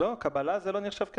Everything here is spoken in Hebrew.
לא, קבלה זה לא נחשב כהכנסה.